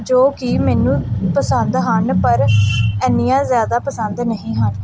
ਜੋ ਕਿ ਮੈਨੂੰ ਪਸੰਦ ਹਨ ਪਰ ਇੰਨੀਆਂ ਜ਼ਿਆਦਾ ਪਸੰਦ ਨਹੀਂ ਹਨ